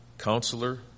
counselor